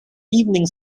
evening